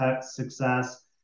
success